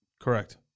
Correct